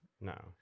No